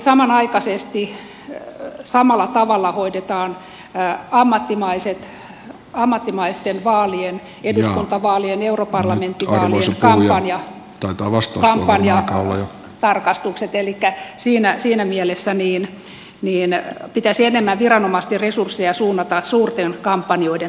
sitten samanaikaisesti samalla tavalla hoidetaan ammattimaisten vaalien edellä on kavalin europarlamentti on musikaali on jo tultu alas tullaan vain eduskuntavaalien europarlamenttivaalien kampanjatarkastukset elikkä siinä mielessä pitäisi enemmän viranomaisten resursseja suunnata suurten kampanjoiden tarkastamiseen